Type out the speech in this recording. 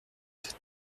veux